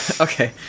okay